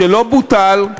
שלא בוטל,